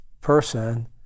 person